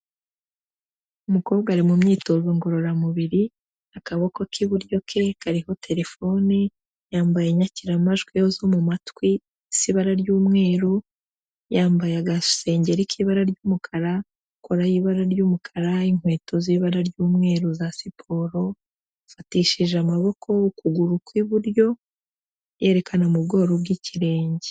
Umukobwa ari mu myitozo ngororamubiri akaboko k'iburyo ke kariho terefone, yambaye inyakiramajwi zo mu matwi z'ibara ry'umweru, yambaye agasengeri k'ibara ry'umukara, kora y'ibara ry'umukara, inkweto z'ibara ry'umweru za siporo, afatishije amaboko ukuguru kw'iburyo, yerekana mu bworo bw'ikirenge.